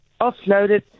offloaded